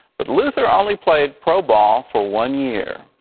but luther only played pro ball for one year.